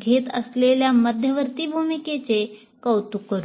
घेत असलेल्या मध्यवर्ती भूमिकेचे कौतुक करू